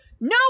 No